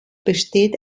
besteht